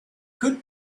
could